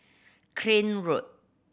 Craig Road